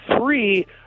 three